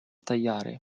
tagliare